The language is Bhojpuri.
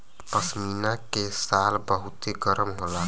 पश्मीना के शाल बहुते गरम होला